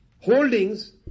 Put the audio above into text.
holdings